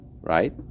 right